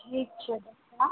ठीक छै तऽ